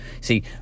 See